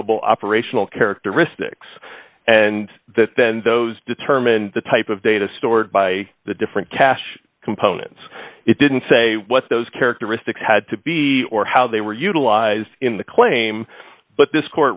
programmable operational characteristics and that then those determine the type of data stored by the different cache components it didn't say what those characteristics had to be or how they were utilized in the claim but this court